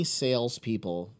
salespeople